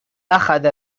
أخذ